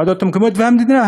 הוועדות המקומיות והמדינה.